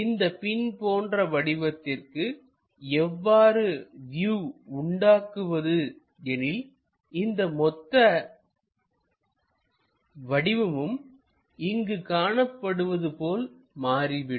இந்த பின் போன்ற வடிவத்திற்கு எவ்வாறு வியூ உண்டாக்குவது எனில்இந்த மொத்த வடிவமும் இங்கு காணப்படுவது போல் மாறிவிடும்